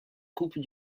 coupe